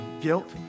guilt